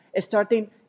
starting